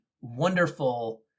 wonderful